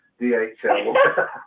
dhl